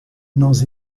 nós